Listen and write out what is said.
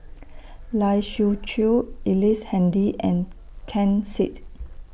Lai Siu Chiu Ellice Handy and Ken Seet